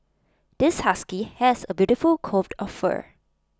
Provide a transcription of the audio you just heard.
this husky has A beautiful of fur